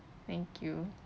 thank you